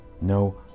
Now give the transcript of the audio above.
No